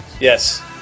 yes